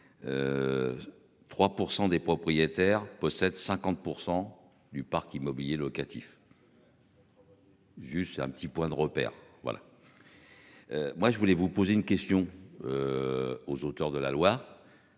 3% des propriétaires possède 50% du parc immobilier locatif. Ont travailler. Juste un petit point de repère, voilà. Moi je voulais vous poser une question. Aux auteurs de la loi